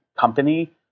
company